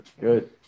Good